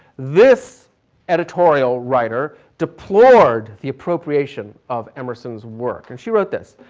this editorial writer deplored the appropriation of emerson's work. and she wrote this,